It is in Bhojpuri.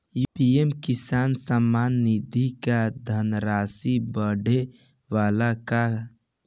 पी.एम किसान सम्मान निधि क धनराशि बढ़े वाला बा का?